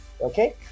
Okay